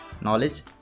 knowledge